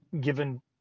given